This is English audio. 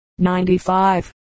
95